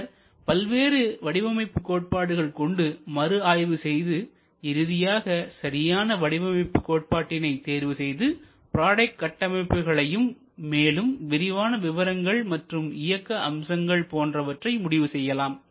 பின்னர் பல்வேறு வடிவமைப்பு கோட்பாடுகள் கொண்டு மறுஆய்வு செய்து இறுதியாக சரியான வடிவமைப்பு கோட்பாட்டினை தேர்வுசெய்து ப்ராடக்ட் கட்டமைப்புகளையும் மேலும் விரிவான விவரங்கள் மற்றும் இயக்க அம்சங்கள் போன்றவற்றை முடிவு செய்யலாம்